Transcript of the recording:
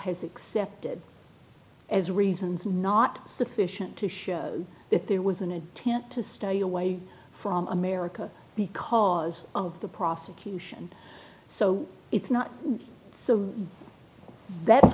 has accepted as reasons not sufficient to show that there was an attempt to stay away from america because of the prosecution so it's not so that